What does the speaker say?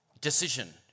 decision